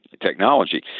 technology